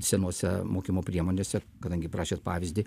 senose mokymo priemonėse kadangi prašėt pavyzdį